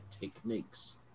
techniques